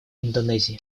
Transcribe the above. индонезии